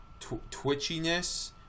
twitchiness